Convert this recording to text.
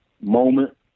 moment